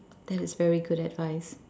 that is very good advice